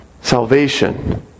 Salvation